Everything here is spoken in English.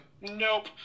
Nope